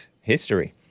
history